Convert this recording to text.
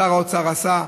שר האוצר עשה.